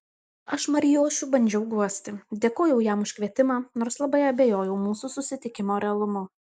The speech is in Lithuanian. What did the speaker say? aš marijošių bandžiau guosti dėkojau jam už kvietimą nors labai abejojau mūsų susitikimo realumu